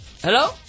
Hello